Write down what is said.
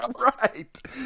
Right